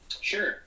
Sure